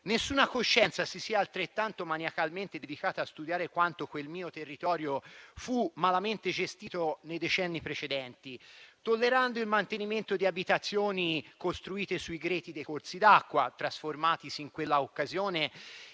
nessuna coscienza si sia altrettanto maniacalmente dedicata a studiare quanto quel mio territorio fu malamente gestito nei decenni precedenti, tollerando il mantenimento di abitazioni costruite sui greti dei corsi d'acqua, trasformatisi in quella occasione